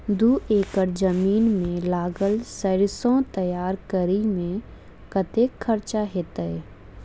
दू एकड़ जमीन मे लागल सैरसो तैयार करै मे कतेक खर्च हेतै?